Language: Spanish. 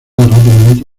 rápidamente